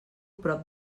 prop